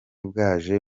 bwaje